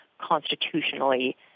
constitutionally